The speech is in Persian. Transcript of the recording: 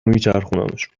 میچرخونمشون